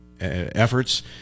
Efforts